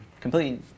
completely